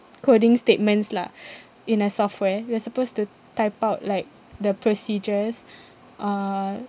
coding statements lah in a software we're supposed to type out like the procedures uh